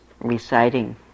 reciting